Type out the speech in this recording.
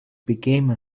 became